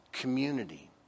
Community